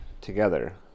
together